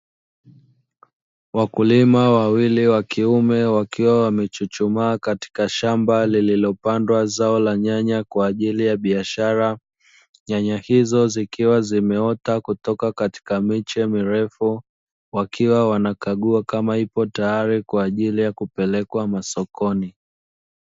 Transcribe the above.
Wakulima wawili wa kiume wakiwa wamechuchumaa katika shamba, lililopandwa zao la nyanya kwa ajili ya biashara. Nyanya hizo zikiwa zimeota kutoka katika miche mirefu, wakiwa wanakagua kama ipo tayari kwa ajili ya kupelekwa sokoni.